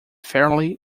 fairly